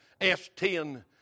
S10